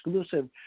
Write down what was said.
exclusive